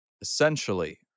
essentially